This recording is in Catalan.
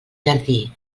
jardí